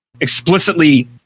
explicitly